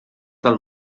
del